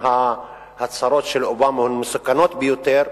ההצהרות של אובמה הן מסוכנות ביותר,